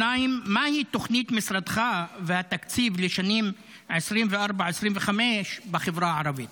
2. מהי תוכנית משרדך והתקציב לשנים 2024 2025 בחברה הערבית?